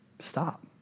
stop